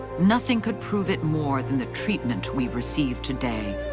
nothing could prove it more than the treatment we received today.